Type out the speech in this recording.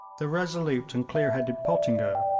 the resolute and clear-headed pottinger,